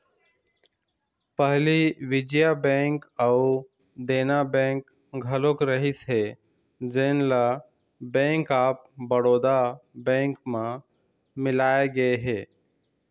पहली विजया बेंक अउ देना बेंक घलोक रहिस हे जेन ल बेंक ऑफ बड़ौदा बेंक म मिलाय गे हे